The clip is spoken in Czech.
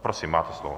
Prosím, máte slovo.